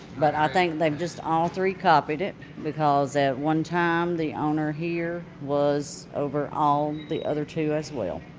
but i think they've just all three copied it because at one time the owner here was over all the other two as well.